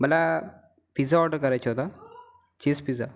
मला pizza order करायचा होता चीज पिझ्झा